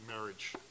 marriage